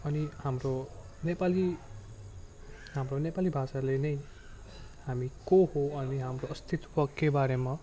अनि हाम्रो नेपाली हाम्रो नेपाली भाषाले नै हामी को हो अनि हाम्रो अस्तित्वकै बारेमा